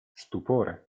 stupore